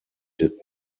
did